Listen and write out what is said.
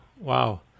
Wow